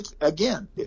again